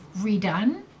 redone